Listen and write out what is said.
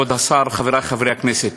כבוד השר, חברי חברי הכנסת,